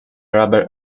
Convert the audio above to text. rubber